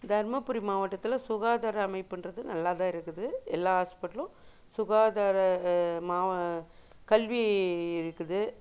தர்மபுரி மாவட்டத்தில் சுகாதார அமைப்புகிறது நல்லாதாக இருக்குது எல்லா ஹாஸ்பிட்டலும் சுகாதாரமாக கல்வி இருக்குது